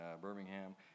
Birmingham